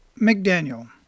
McDaniel